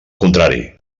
contrari